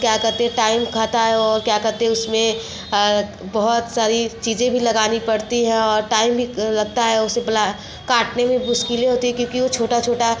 क्या कहते हैं टाइम खाता है और क्या कहते हैं उसमें अ बहुत सारी चीजें भी लगानी पड़ती हैं और टाइम भी लगता है उसे ब्ला काटने में मुश्किलें होती हैं क्योंकि वो छोटा छोटा